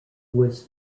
was